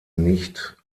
nicht